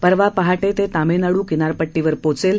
परवा पहाटे ते तामिळनाडू किनारपट्टीवर पोहोचेल